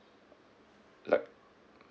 like